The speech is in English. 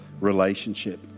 relationship